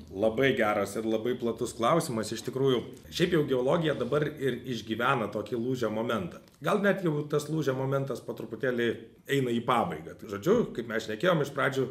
labai geras ir labai platus klausimas iš tikrųjų šiaip jau geologija dabar ir išgyvena tokį lūžio momentą gal net jau tas lūžio momentas po truputėlį eina į pabaigą tai žodžiu kaip mes šnekėjom iš pradžių